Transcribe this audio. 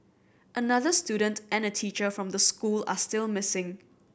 another student and a teacher from the school are still missing